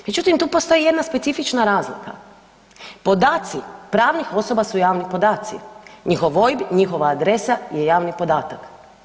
Međutim, tu postoji jedna specifična razlika, podaci pravnih osoba su javni podaci, njihov OIB, njihova adresa je javni podatak.